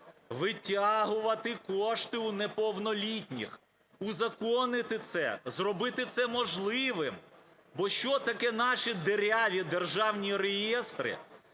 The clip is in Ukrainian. витягувати кошти у неповнолітніх, узаконити це, зробити це можливим. Бо що такі наші діряві державні реєстри?